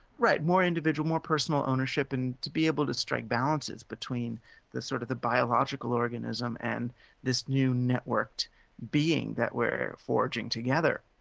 right. more individual, more personal ownership and to be able to strike balances between the sort of the biological organism and this new networked being that we're forging together.